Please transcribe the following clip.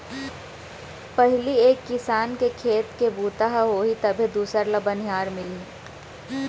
पहिली एक किसान के खेत के बूता ह होही तभे दूसर ल बनिहार मिलही